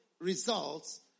results